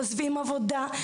עוזבים עבודה,